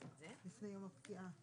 ההסתייגות הוסרה.